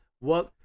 work